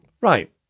Right